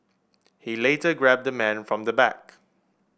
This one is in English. he later grabbed the man from the back